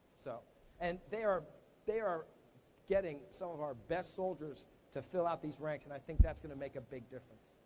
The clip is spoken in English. so and they are they are getting some of our best soldiers to fill out these ranks, and i think that's gonna make a big difference.